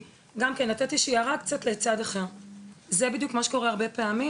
זה בדיוק מה שקורה הרבה פעמים,